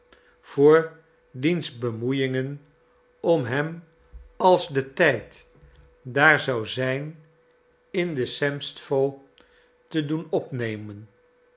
voor diens bemoeiingen om hem als de tijd daar zou zijn in de semstwo te doen opnemen